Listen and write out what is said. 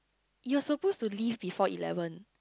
you're supposed to leave before eleven